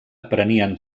prenien